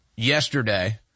Yesterday